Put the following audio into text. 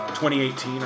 2018